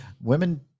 women